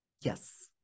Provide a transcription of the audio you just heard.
Yes